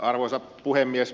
arvoisa puhemies